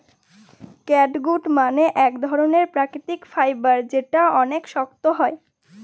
catgut মানে এক ধরনের প্রাকৃতিক ফাইবার যেটা অনেক শক্ত হয়